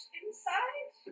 inside